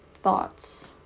thoughts